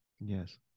Yes